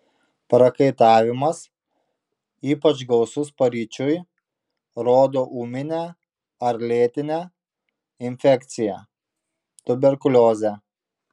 prakaitavimas ypač gausus paryčiui rodo ūminę ar lėtinę infekciją tuberkuliozę